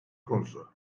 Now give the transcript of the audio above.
konusu